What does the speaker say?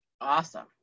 Awesome